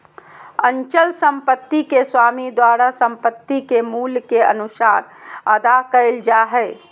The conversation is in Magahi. अचल संपत्ति के स्वामी द्वारा संपत्ति के मूल्य के अनुसार अदा कइल जा हइ